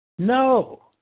No